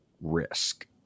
risk